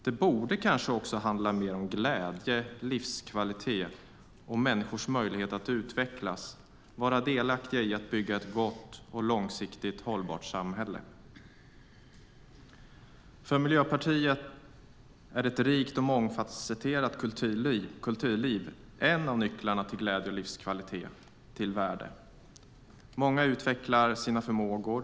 Det borde kanske också handla mer om glädje, livskvalitet och människors möjligheter att utvecklas och vara delaktiga i att bygga ett gott och långsiktigt hållbart samhälle. För Miljöpartiet är ett rikt och mångfacetterat kulturliv en av nycklarna till glädje och livskvalitet. Många utvecklar sina förmågor.